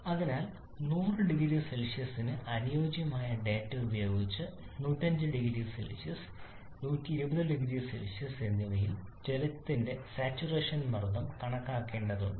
അതിനാൽ 100 0 സിക്ക് അനുയോജ്യമായ ഡാറ്റ ഉപയോഗിച്ച് 105 0 സി 120 0 സി എന്നിവയിൽ ജലത്തിന്റെ സാച്ചുറേഷൻ മർദ്ദം കണക്കാക്കേണ്ടതുണ്ട്